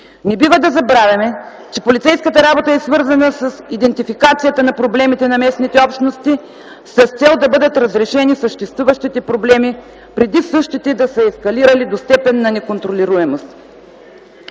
Не бива да забравяме, че полицейската работа е свързана с идентификацията на проблемите на местните общности с цел да бъдат разрешени съществуващите проблеми, преди същите да са ескалирали до степен на неконтролируемост.